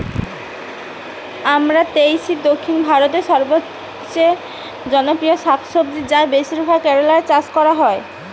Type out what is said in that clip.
আমরান্থেইসি দক্ষিণ ভারতের সবচেয়ে জনপ্রিয় শাকসবজি যা বেশিরভাগ কেরালায় চাষ করা হয়